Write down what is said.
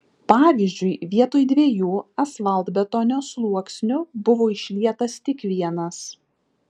pavyzdžiui vietoj dviejų asfaltbetonio sluoksnių buvo išlietas tik vienas